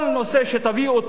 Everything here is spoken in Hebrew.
כל נושא שתביאו,